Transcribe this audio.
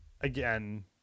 Again